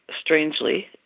strangely